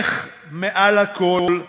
אך מעל הכול,